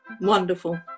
Wonderful